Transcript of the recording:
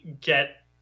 get